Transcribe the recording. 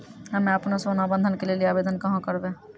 हम्मे आपनौ सोना बंधन के लेली आवेदन कहाँ करवै?